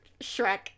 Shrek